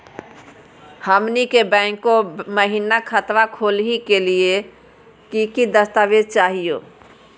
हमनी के बैंको महिना खतवा खोलही के लिए कि कि दस्तावेज चाहीयो?